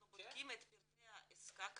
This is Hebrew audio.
אנחנו בודקים את פרטי העסקה כמובן,